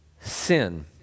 sin